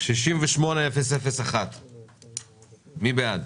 סעיף 68-001. מי בעד?